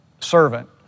servant